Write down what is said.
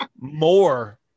more